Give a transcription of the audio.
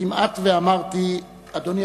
כמעט ואמרתי: אדוני